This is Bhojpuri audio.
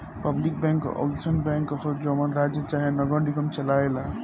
पब्लिक बैंक अउसन बैंक ह जवन राज्य चाहे नगर निगम चलाए ला